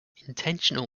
intentional